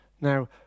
Now